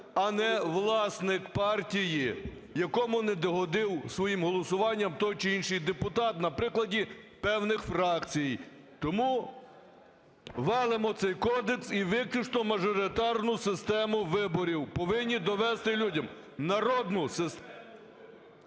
а не власник партії, якому не догодив своїм голосування той чи інший депутат на прикладі певних фракцій. Тому валимо цей кодекс і виключно мажоритарну систему виборів повинні довести людям, народну… ГОЛОВУЮЧИЙ.